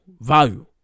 Value